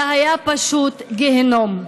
זה היה פשוט גיהינום.